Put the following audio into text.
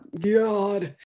god